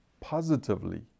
positively